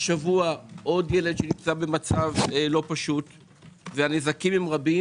השבוע עוד ילד שנמצא במצב לא פשוט והנזקים רבים